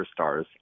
superstars